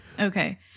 Okay